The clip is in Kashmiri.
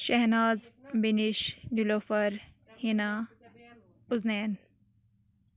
شہناز بِینِش نیلوفَر ہِنا اوزنین